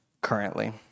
currently